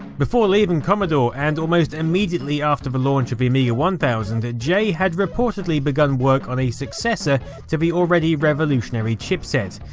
before leaving commodore, and almost immediately after the launch of the amiga one thousand, jay had reportedly begun work on a successor to the already revolutionary chip-set.